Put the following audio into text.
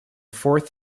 fourth